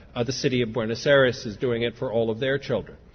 ah the city of buenos aires is doing it for all of their children.